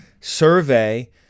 survey